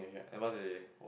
A plus already